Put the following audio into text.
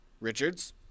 Richards